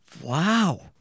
wow